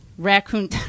raccoon